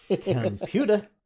computer